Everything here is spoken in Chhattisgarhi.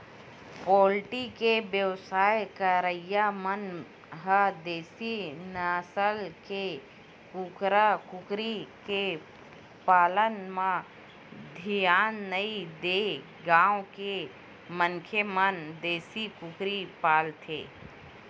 पोल्टी के बेवसाय करइया मन ह देसी नसल के कुकरा कुकरी के पालन म धियान नइ देय गांव के मनखे मन देसी कुकरी पालथे